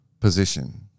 position